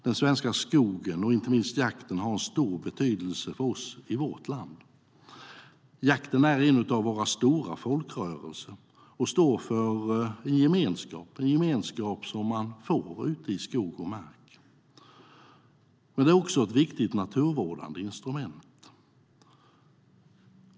Den svenska skogen och inte minst jakten har stor betydelse för oss i vårt land. Jakten är en av våra stora folkrörelser och står för den gemenskap man får ute i skog och mark. Men jakten är också ett viktigt naturvårdande instrument.